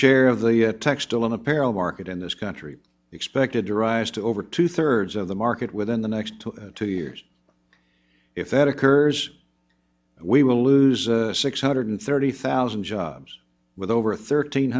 share of the textile and apparel market in this country expected to rise to over two thirds of the market within the next two years if that occurs we will lose six hundred thirty thousand jobs with over thirteen